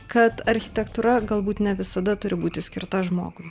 kad architektūra galbūt ne visada turi būti skirta žmogui